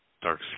Dark